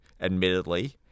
admittedly